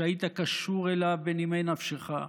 שהיית קשור אליו בנימי נפשך,